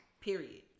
period